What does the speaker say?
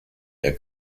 der